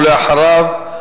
ואחריו,